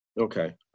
okay